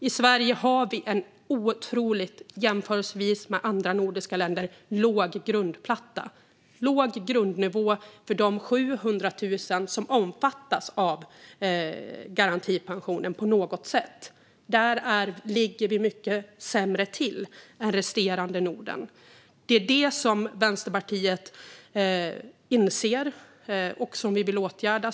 I Sverige har vi jämfört med andra en otroligt låg grundplatta. Det är en låg grundnivå för de 700 000 som på något sätt omfattas av garantipensionen. Där ligger vi mycket sämre till än resterande Norden. Det är det som Vänsterpartiet inser och vill åtgärda.